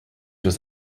was